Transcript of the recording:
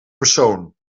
persoon